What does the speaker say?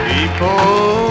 People